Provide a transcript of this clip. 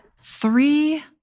three